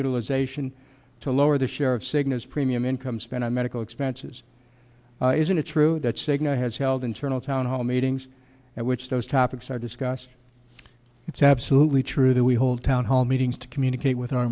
utilization to lower their share of cygnus premium income spent on medical expenses isn't it true that cigna has held internal town hall meetings at which those topics are discussed it's absolutely true that we hold town hall meetings to communicate with our